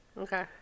Okay